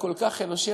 הכל-כך אנושי,